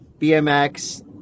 BMX